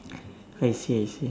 I see I see